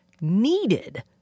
needed